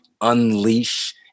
unleash